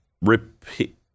repeat